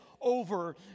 over